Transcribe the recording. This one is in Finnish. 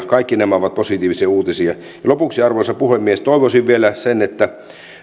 kaikki nämä ovat positiivisia uutisia lopuksi arvoisa puhemies toivoisin vielä että